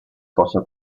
fossa